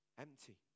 empty